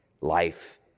Life